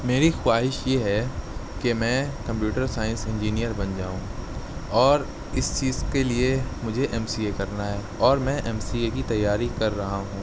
میری خواہش یہ ہے کہ میں كمپیوٹر سائنس انجینئر بن جاؤں اور اس چیز كے لیے مجھے ایم سی اے کرنا ہے اور میں ایم سی اے کی تیاری کر رہا ہوں